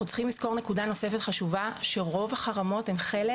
אנחנו צריכים לזכור נקודה נוספת חשובה שרוב החרמות הן חלק